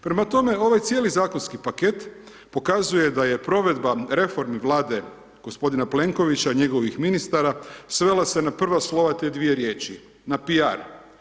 Prema tome, ovaj cijeli zakonski paket pokazuje da je provedba reformi Vlade gospodina Plenkovića, njegovih ministara, svela se na prva slova te dvije riječi, na piar.